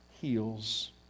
heals